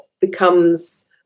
becomes